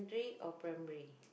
it or primary